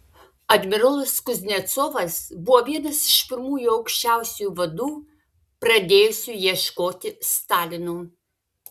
admirolas kuznecovas buvo vienas iš pirmųjų aukščiausiųjų vadų pradėjusių ieškoti stalino